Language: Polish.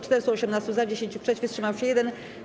418 - za, 10 - przeciw, wstrzymał się 1.